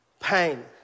Pain